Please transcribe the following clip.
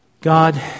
God